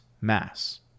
Mass